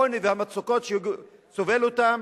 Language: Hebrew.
עוני והמצוקות שהוא סובל מהן?